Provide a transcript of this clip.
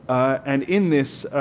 and in this